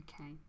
Okay